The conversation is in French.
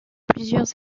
plusieurs